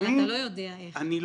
אני לא יודע מהו,